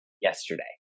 yesterday